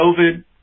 COVID